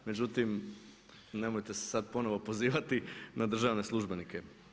Međutim, nemojte se sad ponovno pozivati na državne službenike.